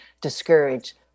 discourage